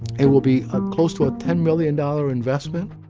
it will be ah close to a ten million dollars investment.